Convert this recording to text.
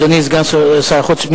אדוני סגן שר החוץ,